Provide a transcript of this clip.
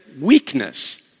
weakness